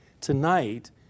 Tonight